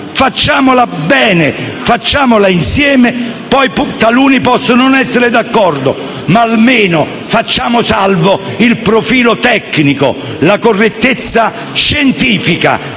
Facciamola bene, facciamola insieme. Poi, taluni possono anche non essere d'accordo, ma almeno facciamo salvo il profilo tecnico, la correttezza scientifica